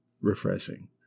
refreshing